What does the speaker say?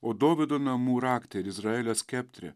o dovydo namų rakte ir izraelio skeptre